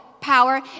power